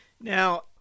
Now